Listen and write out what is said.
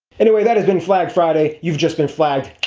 anyway that has been flag friday, you've just been flagged.